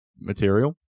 material